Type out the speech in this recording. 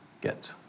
get